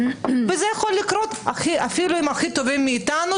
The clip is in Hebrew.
וזה יכול לקרות אפילו עם הכי טובים מאיתנו,